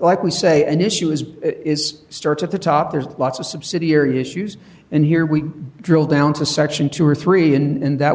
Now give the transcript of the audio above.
like we say an issue is is starts at the top there's lots of subsidiary issues and here we drill down to section two or three in and that